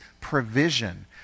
provision